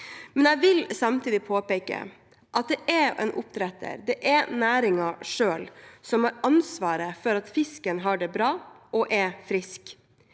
men jeg vil samtidig påpeke at det er oppdretteren og næringen selv som har ansvaret for at fisken har det bra og er frisk.